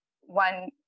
One